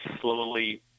slowly